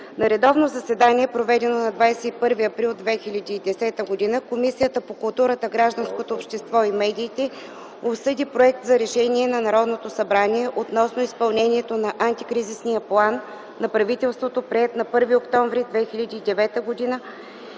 „На редовно заседание, проведено на 21 април 2010 г. Комисията по културата, гражданското общество и медиите обсъди Проект за решение на Народното събрание относно изпълнението на Антикризисния план на правителството приет на 1 октомври 2009 г.